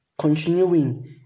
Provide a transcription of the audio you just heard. continuing